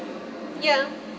ya